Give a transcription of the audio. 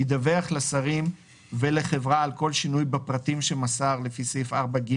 ידווח לשרים ולחברה על כל שינוי בפרטים שמסר לפי סעיף 4(ג),